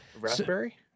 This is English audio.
raspberry